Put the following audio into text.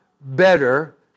better